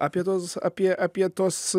apie tuos apie apie tuos